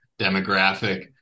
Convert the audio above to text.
demographic